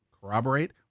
corroborate